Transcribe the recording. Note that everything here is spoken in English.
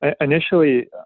initially